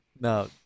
No